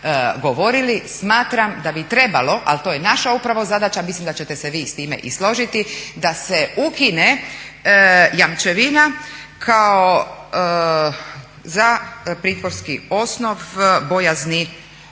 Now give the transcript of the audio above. govorili smatram da bi trebalo, ali to je naša upravo zadaća, mislim da ćete se vi s time i složiti, da se ukine jamčevina kao za pritvorski osnov bojazni